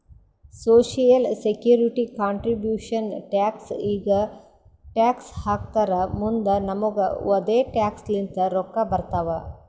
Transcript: social security contribution tax ಈಗ tax ಹಾಕ್ತಾರ್ ಮುಂದ್ ನಮುಗು ಅದೆ ಟ್ಯಾಕ್ಸ್ ಲಿಂತ ರೊಕ್ಕಾ ಬರ್ತಾವ್